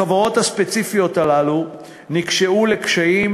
החברות הספציפיות הללו נקלעו לקשיים,